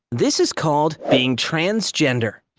this is called being transgender.